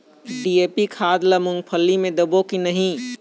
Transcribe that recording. DAP खाद ला मुंगफली मे देबो की नहीं?